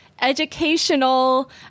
educational